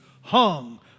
hung